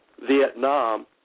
Vietnam